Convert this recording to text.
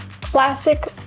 classic